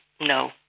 No